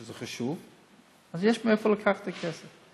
שזה חשוב, אז יש מאיפה לקחת את הכסף.